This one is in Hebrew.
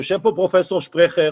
יושב פה פרופ' שפרכר,